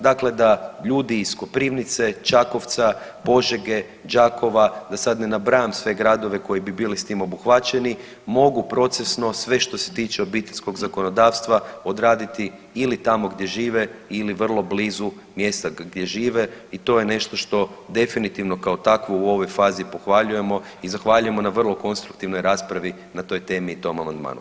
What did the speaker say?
Dakle, da ljudi iz Koprivnice, Čakovca, Požege, Đakova da sada ne nabrajam sve gradove koji bi bili s tim obuhvaćeni mogu procesno sve što se tiče obiteljskog zakonodavstva odraditi ili tamo gdje žive ili vrlo blizu mjesta gdje žive i to je nešto što definitivno kao takvo u ovoj fazi pohvaljujemo i zahvaljujemo na vrlo konstruktivnoj raspravi na toj temi i tom amandmanu.